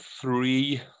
Three